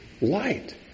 Light